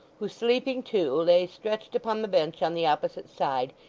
who, sleeping too, lay stretched upon the bench on the opposite side,